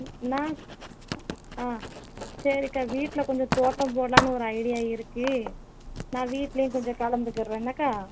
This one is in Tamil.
நான் ஆ சரிக்கா வீட்டில் கொஞ்சம் தோட்டம் போட்லாம்னு ஒரு ஐடியா இருக்கு நான் வீட்லையும் கொஞ்சம் கலந்துக்குர்றேன் என்ன அக்கா